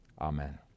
amen